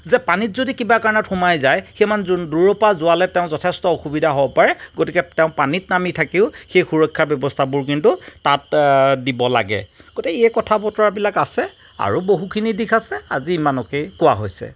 যে পানীত যদি কিবা কাৰণত সোমাই যায় সেই মানুহজন দূৰৰ পৰা যোৱালে তেওঁ যথেষ্ট অসুবিধা হ'ব পাৰে গতিকে তেওঁ পানীত নামি থাকিও সেই সুৰক্ষা ব্যৱস্থাবোৰ কিন্ত তাত দিব লাগে গোটেই এই কথা বতৰাবিলাক আছে আৰু বহুখিনি দিশ আছে আজি ইমানকেই কোৱা হৈছে